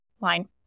line